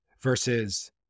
versus